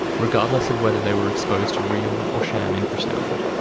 regardless of whether they were exposed to real or sham infrasound.